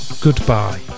goodbye